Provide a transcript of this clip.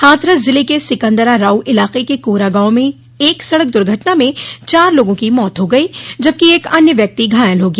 हाथरस जिले के सिकन्दराराऊ इलाके के कोरा गांव में एक सड़क दुर्घटना में चार लोगों की मौत हो गई जबकि एक अन्य व्यक्ति घायल हो गया